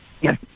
Yes